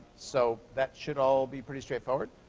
so that should all be pretty straightforward.